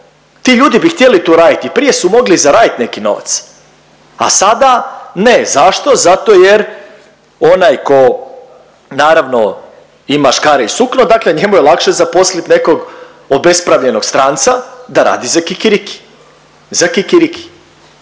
Ti ljudi bi htjeli tu raditi, prije su mogli zaraditi neki novac, a sada ne. Zašto? Zato jer onaj tko naravno ima škare i sukno dakle njemu je lakše zaposliti nekog obespravljenog stranca da radi za kikiriki, za kikiriki.